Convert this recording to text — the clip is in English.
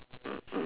mm mm